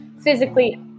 physically